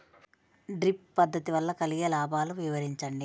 Drip పద్దతి వల్ల కలిగే లాభాలు వివరించండి?